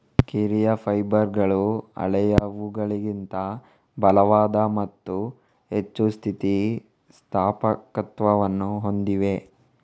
ಕಿರಿಯ ಫೈಬರ್ಗಳು ಹಳೆಯವುಗಳಿಗಿಂತ ಬಲವಾದ ಮತ್ತು ಹೆಚ್ಚು ಸ್ಥಿತಿ ಸ್ಥಾಪಕತ್ವವನ್ನು ಹೊಂದಿವೆ